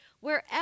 Wherever